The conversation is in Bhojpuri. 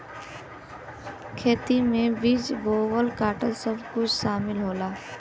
खेती में बीज बोवल काटल सब कुछ सामिल होला